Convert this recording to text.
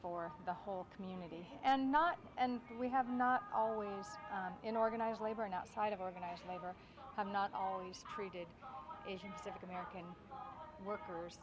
for the whole community and not and we have not always in organized labor and outside of organized labor i'm not always treated asian pacific american workers